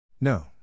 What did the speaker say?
No